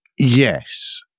Yes